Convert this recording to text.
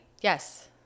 Yes